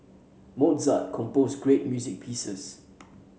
Mozart composed great music pieces